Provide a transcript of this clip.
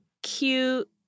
cute